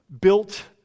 Built